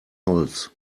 holz